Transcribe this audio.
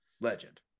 Legend